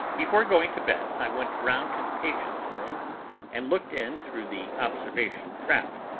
before going to bed i went round to the patient's room and looked in through the observation trap.